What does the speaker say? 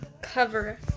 cover